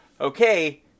okay